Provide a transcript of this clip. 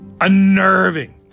unnerving